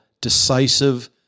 decisive